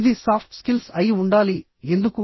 ఇది soft skills అయి ఉండాలి ఎందుకు